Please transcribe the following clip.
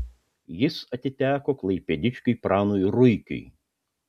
jis atiteko klaipėdiškiui pranui ruikiui